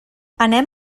anem